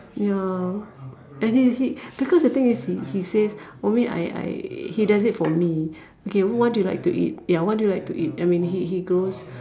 ya and he he because the thing is he he says ummi I I he does it for me okay what do you like to eat ya what do you like to eat I mean he he grows